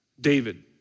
David